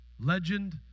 Legend